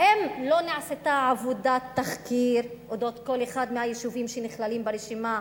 האם לא נעשתה עבודת תחקיר על אודות כל אחד מהיישובים שנכללים ברשימה,